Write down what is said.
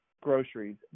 groceries